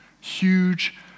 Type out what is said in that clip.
huge